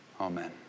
Amen